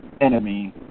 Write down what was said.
enemy